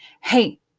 hey